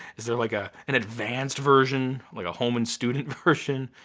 is there like ah an advanced version? like a home and student version?